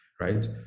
right